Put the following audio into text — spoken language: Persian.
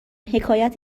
حکایت